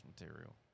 material